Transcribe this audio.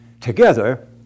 Together